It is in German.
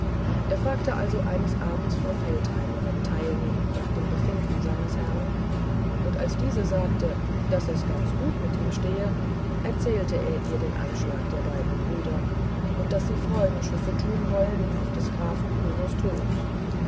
er fragte also eines abends frau feldheimerin teilnehmend nach dem befinden seines herrn und als diese sagte daß es ganz gut mit ihm stehe erzählte er ihr den anschlag der beiden brüder und daß sie freudenschüsse tun wollen auf des grafen kunos tod